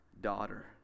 Daughter